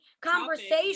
conversation